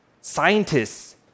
scientists